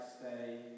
stay